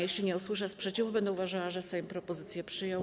Jeśli nie usłyszę sprzeciwu, będę uważała, że Sejm propozycję przyjął.